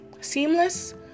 Seamless